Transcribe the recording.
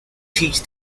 teach